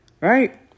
right